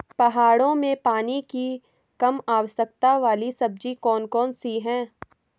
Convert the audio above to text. पहाड़ों में पानी की कम आवश्यकता वाली सब्जी कौन कौन सी हैं?